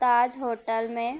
تاج hotel میں